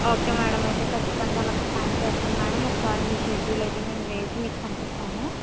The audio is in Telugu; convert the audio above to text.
ఓకే మేడం అయితే ఖచ్చితంగా అలా ప్లాన్ చేస్తాం మేడం ఒకసారి మీ షెడ్యూల్ అయితే మేము వేసి మీకు పంపిస్తాము